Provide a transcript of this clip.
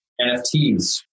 NFTs